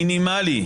מינימלי.